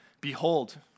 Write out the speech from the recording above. Behold